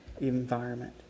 environment